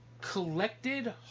collected